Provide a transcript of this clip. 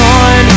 on